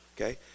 okay